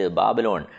babylon